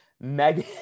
Megan